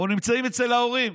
או נמצאים אצל ההורים.